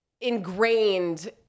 ingrained